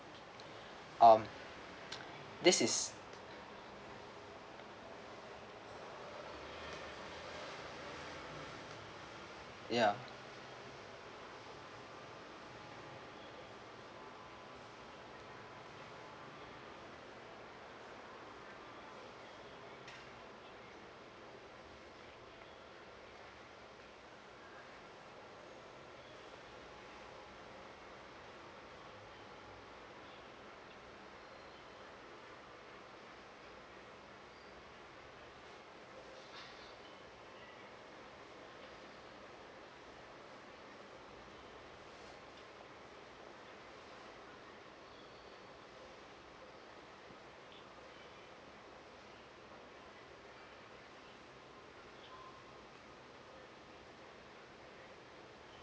um this is ya